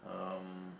um